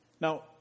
Now